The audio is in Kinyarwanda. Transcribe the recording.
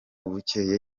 bukeye